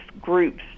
groups